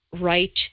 right